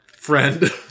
Friend